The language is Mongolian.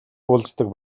уулздаг